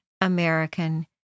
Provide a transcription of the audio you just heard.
American